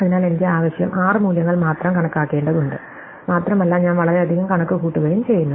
അതിനാൽ എനിക്ക് ആവശ്യം ആറ് മൂല്യങ്ങൾ മാത്രം കണക്കാക്കേണ്ടതുണ്ട് മാത്രമല്ല ഞാൻ വളരെയധികം കണക്കുകൂട്ടുകയും ചെയ്യുന്നു